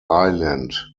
ireland